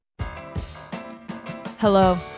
hello